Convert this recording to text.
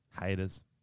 Haters